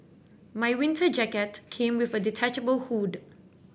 my winter jacket came with a detachable hood